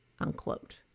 unquote